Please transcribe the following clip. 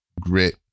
grit